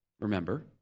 remember